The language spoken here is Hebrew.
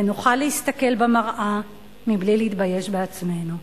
ונוכל להסתכל במראה מבלי להתבייש בעצמנו.